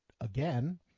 again